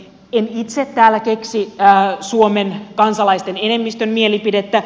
en itse täällä keksi suomen kansalaisten enemmistön mielipidettä